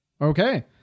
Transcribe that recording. Okay